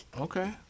Okay